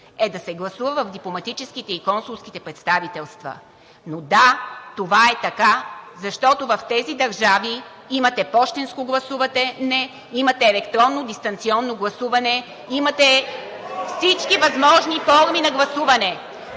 е да се гласува в дипломатическите и консулските представителства. Но да, това е така, защото в тези държави имате пощенско гласуване, имате електронно, дистанционно гласуване, имате всички възможни форми на гласуване.